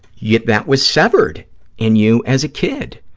yet that was severed in you as a kid,